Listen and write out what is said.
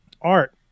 art